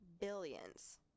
billions